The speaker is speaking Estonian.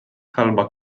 halba